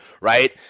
right